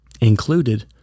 included